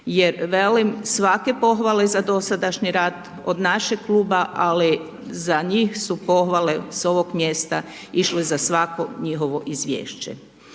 jer, velim, svake pohvale za dosadašnji rad od našeg kluba, ali za njih su pohvale s ovom mjesta išle za svako njihovo izvješće.